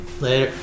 Later